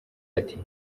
ati